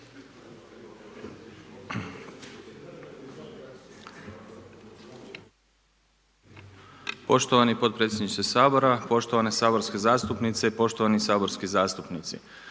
Poštovani potpredsjedniče Sabora, poštovane saborske zastupnice, poštovani saborski zastupnici,